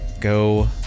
Go